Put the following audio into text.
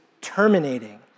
terminating